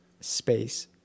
space